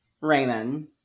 Raymond